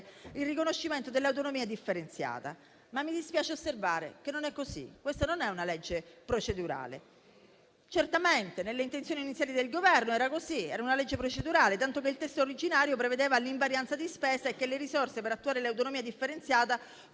il riconoscimento dell'autonomia differenziata. Mi dispiace osservare però che non è così: questo non è un disegno di legge procedurale. Certamente nelle intenzioni iniziali del Governo era così, si sarebbe dovuto trattare di una legge procedurale, tanto che il testo originario prevedeva l'invarianza di spesa e che le risorse per attuare l'autonomia differenziata